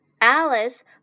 Alice